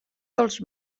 dels